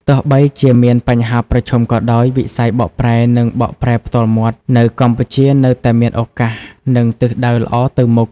ទោះបីជាមានបញ្ហាប្រឈមក៏ដោយ វិស័យបកប្រែ និងបកប្រែផ្ទាល់មាត់នៅកម្ពុជានៅតែមានឱកាស និងទិសដៅល្អទៅមុខ។